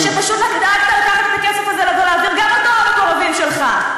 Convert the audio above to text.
או שפשוט דאגת לקחת את הכסף הזה ולהעביר גם אותו למקורבים שלך.